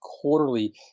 quarterly